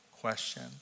question